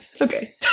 Okay